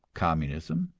communism,